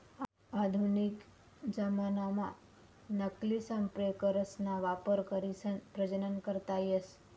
आधुनिक जमानाम्हा नकली संप्रेरकसना वापर करीसन प्रजनन करता येस